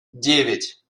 девять